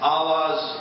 Allah's